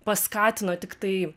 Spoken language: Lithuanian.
paskatino tiktai